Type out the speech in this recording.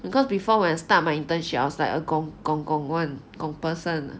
because before when start my internship I was like a gong-gong gong [one] gong person